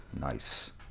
Nice